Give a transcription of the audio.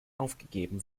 aufgegeben